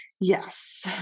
Yes